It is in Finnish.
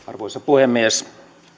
arvoisa puhemies